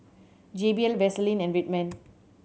J B L Vaseline and Red Man